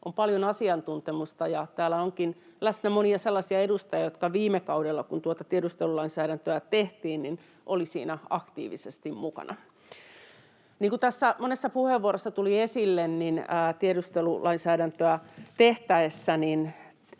on paljon asiantuntemusta, ja täällä onkin läsnä monia sellaisia edustajia, jotka viime kaudella, kun tuota tiedustelulainsäädäntöä tehtiin, olivat siinä aktiivisesti mukana. Niin kuin monessa puheenvuorossa tuli esille, niin tiedustelulainsäädäntöä tehtäessä